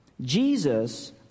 Jesus